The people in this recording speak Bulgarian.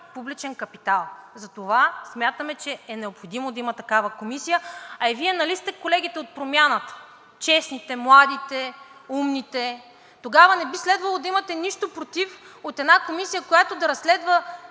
публичен капитал. Затова смятаме, че е необходимо да има такава комисия. А и Вие нали сте колегите от Промяната – честните, младите, умните, тогава не би следвало да имате нищо против една комисия, която да разследва